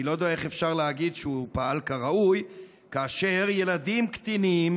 אני לא יודע איך אפשר להגיד שהוא פעל כראוי כאשר ילדים קטינים,